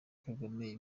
kagame